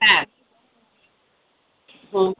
હા હમ